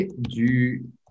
du